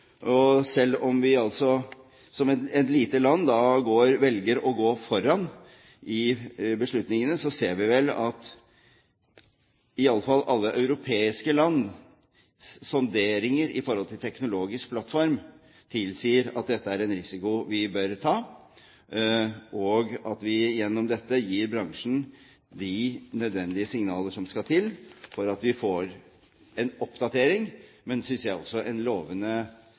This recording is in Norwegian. Selv om vi som et lite land velger å gå foran i beslutningene, ser vi vel at iallfall alle europeiske lands sonderinger i forhold til en teknologisk plattform tilsier at dette er en risiko vi bør ta, og at vi gjennom dette gir bransjen de nødvendige signaler som skal til, slik at vi ikke bare får en oppdatering, men også, synes jeg, en lovende